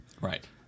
Right